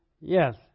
yes